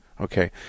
Okay